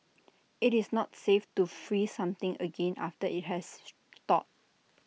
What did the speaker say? IT is not safe to freeze something again after IT has thawed